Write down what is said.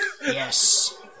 Yes